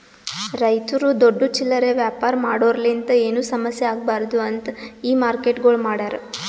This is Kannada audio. ರೈತುರು ದೊಡ್ಡ ಚಿಲ್ಲರೆ ವ್ಯಾಪಾರ ಮಾಡೋರಲಿಂತ್ ಏನು ಸಮಸ್ಯ ಆಗ್ಬಾರ್ದು ಅಂತ್ ಈ ಮಾರ್ಕೆಟ್ಗೊಳ್ ಮಾಡ್ಯಾರ್